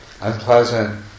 unpleasant